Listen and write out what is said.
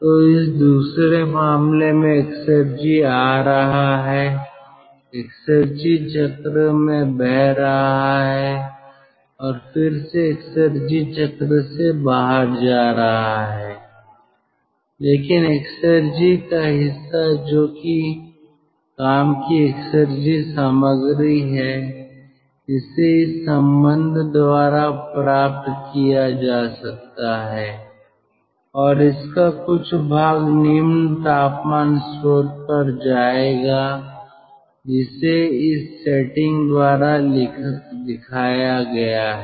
तो इस दूसरे मामले में एक्सेरजी आ रहा है एक्सेरजी चक्र में बह रहा है और फिर से एक्सेरजी चक्र से बाहर जा रहा है लेकिन एक्सेरजी का हिस्सा जोकि काम की एक्सेरजी सामग्री है इसे इस संबंध द्वारा प्राप्त किया जा सकता है और इसका कुछ भाग निम्न तापमान स्रोत पर जाएगा जिसे इस सेटिंग द्वारा दिखाया गया है